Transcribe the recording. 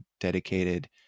dedicated